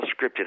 scripted